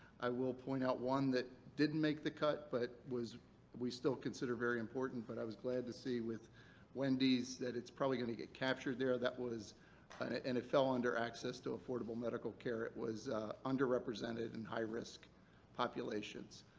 i will point out one that didn't make the cut, but we still consider very important, but i was glad to see with wendy's that it's probably going to get captured there that was and and it fell under access to affordable medical care. it was underrepresented and high risk populations.